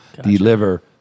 deliver